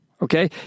Okay